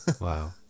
Wow